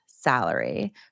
salary